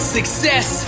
Success